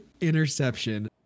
interception